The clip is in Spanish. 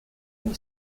muy